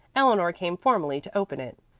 eleanor came formally to open it.